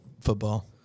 football